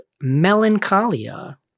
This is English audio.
melancholia